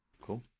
cool